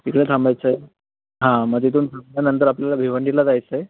तिकडं थांबायचं आहे हां मग तिथून थांबल्यानंतर आपल्याला भिवंडीला जायचं आहे